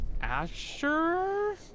Asher